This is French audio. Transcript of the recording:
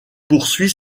poursuit